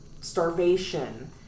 starvation